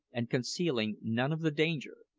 and concealing none of the danger,